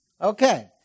Okay